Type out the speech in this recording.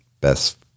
best